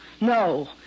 No